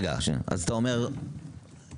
כרגע יש 1,000 רופאים.